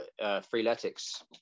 Freeletics